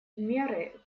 меры